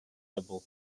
double